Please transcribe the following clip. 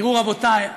תראו, רבותיי,